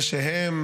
זה שהם